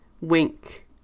wink